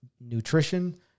nutrition